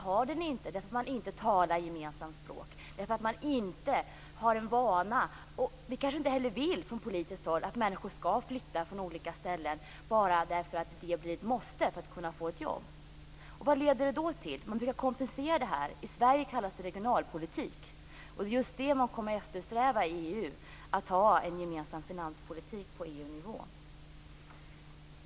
Man talar inte ett gemensamt språk, man har inte en vana att flytta, och kanske vill man inte heller från politiskt håll att människor skall flytta från olika ställen bara därför att det blir ett måste för att man skall kunna få ett jobb. Vad leder då detta till? Man brukar kompensera för det här. I Sverige kallas det regionalpolitik, och man kommer i EU att eftersträva att ha en gemensam finanspolitik.